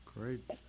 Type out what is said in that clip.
great